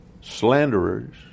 slanderers